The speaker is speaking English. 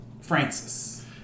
Francis